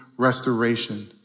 restoration